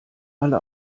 alle